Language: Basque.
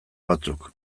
batzuk